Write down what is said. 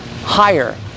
higher